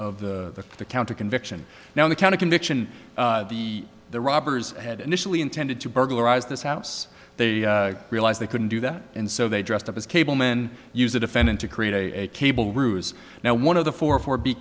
of the the counter conviction now the kind of conviction the the robbers had initially intended to burglarize this house they realized they couldn't do that and so they dressed up as cable men use a defendant to create a cable ruse now one of the four for b